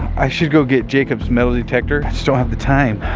i should go get jacob's metal so have the time.